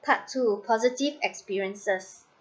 part two positive experiences